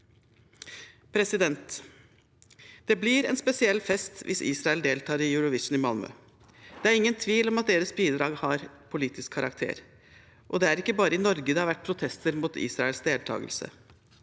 spørsmål. Det blir en spesiell fest hvis Israel deltar i Eurovision i Malmö. Det er ingen tvil om at deres bidrag har politisk karakter, og det er ikke bare i Norge det har vært protester mot Israels deltakelse.